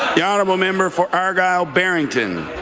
the honourable member for argyle-barrington.